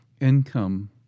income